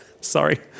Sorry